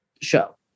show